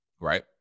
Right